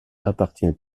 appartient